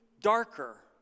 darker